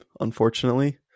unfortunately